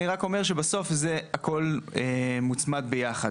אני רק אומר שבסוף זה הכול מוצמד ביחד.